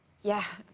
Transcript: yeah.